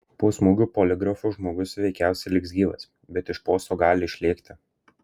po smūgio poligrafu žmogus veikiausiai liks gyvas bet iš posto gali išlėkti